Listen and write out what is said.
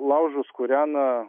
laužus kūrena